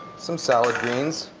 some salad greens.